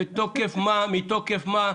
מתוקף מה?